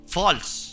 false